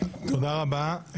תודה רבה.